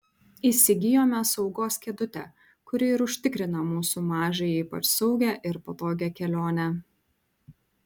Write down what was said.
įsigijome saugos kėdutę kuri ir užtikrina mūsų mažajai ypač saugią ir patogią kelionę